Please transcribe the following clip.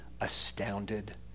astounded